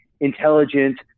intelligent